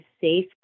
safe